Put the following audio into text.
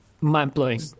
mind-blowing